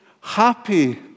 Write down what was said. happy